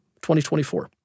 2024